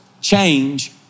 change